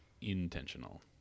intentional